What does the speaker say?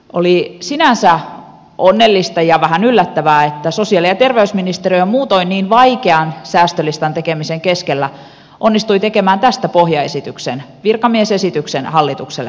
oli sinänsä onnellista ja vähän yllättävää että sosiaali ja terveysministeriö muutoin niin vaikean säästölistan tekemisen keskellä onnistui tekemään tästä pohjaesityksen virkamiesesityksen hallitukselle arvioitavaksi